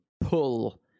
pull